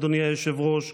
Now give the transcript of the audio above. אדוני היושב-ראש.